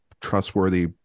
trustworthy